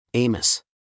Amos